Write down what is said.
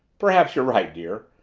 perhaps you're right, dear.